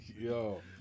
Yo